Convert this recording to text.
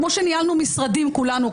כמו שניהלנו משרדים כולנו,